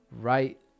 right